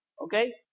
okay